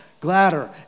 Gladder